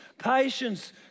Patience